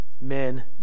men